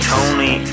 Tony